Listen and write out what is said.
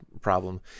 problem